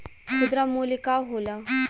खुदरा मूल्य का होला?